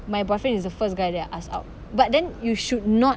my boyfriend is the first guy that I asked out but then you should not